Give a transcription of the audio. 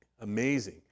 amazing